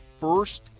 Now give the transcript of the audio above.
first